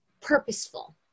purposeful